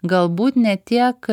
galbūt ne tiek